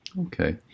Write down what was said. Okay